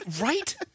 Right